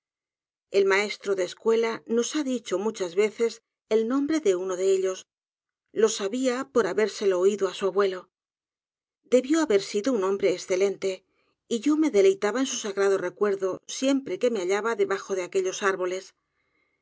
el maestro de escuela nos ha dicho muchas veces el nombre de uno de ellos lo sabia por habérselo oido á su abuelo debió haber sido un hombre escelente y yo me deleitaba en su sagrado recuerdo siempre que me hallaba debajo de aquellos árboles